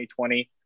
2020